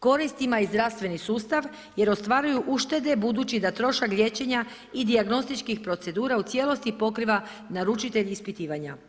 Koristima i zdravstveni sustav jer ostvaruju uštede, budući da trošak liječenja i dijagnostičkih procedura u cijelosti pokriva naručitelj ispitivanja.